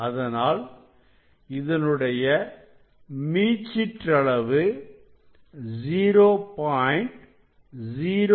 அதனால் இதனுடைய மீச்சிற்றளவு 0